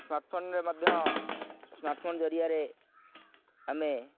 ସ୍ମାର୍ଟଫୋନ୍ରେ ମଧ୍ୟ ସ୍ମାର୍ଟଫୋନ୍ ଜରିଆରେ ଆମେ